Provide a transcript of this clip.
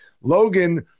Logan